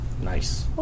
Nice